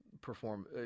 perform